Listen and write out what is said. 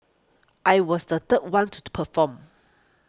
I was the third one to to perform